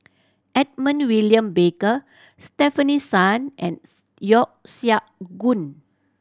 Edmund William Barker Stefanie Sun ands Yeo Siak Goon